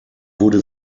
wurde